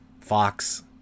Fox